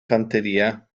fanteria